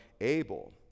Abel